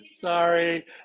sorry